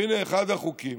והינה אחד החוקים